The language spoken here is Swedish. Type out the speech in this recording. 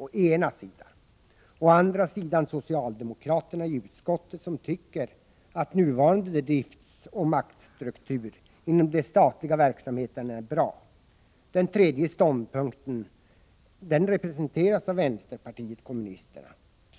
På den andra sidan står socialdemokraterna i utskottet, som tycker att nuvarande driftsoch maktstruktur inom de statliga verksamheterna är bra. Den tredje ståndpunkten representeras av vänsterpartiet kommunisterna,